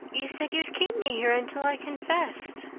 you said you'd keep me here until i confessed,